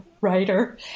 writer